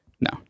No